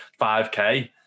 5k